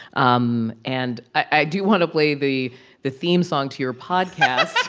um and i do want to play the the theme song to your podcast.